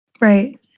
Right